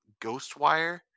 Ghostwire